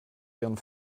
ihren